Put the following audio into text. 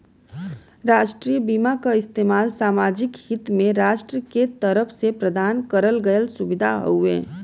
राष्ट्रीय बीमा क इस्तेमाल सामाजिक हित में राष्ट्र के तरफ से प्रदान करल गयल सुविधा हउवे